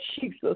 Jesus